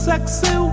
Sexy